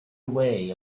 away